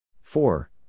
Four